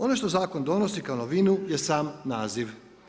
Ono što zakon donosi kao novinu je sam naziv.